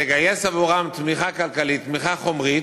לגייס עבורם תמיכה כלכלית, תמיכה חומרית,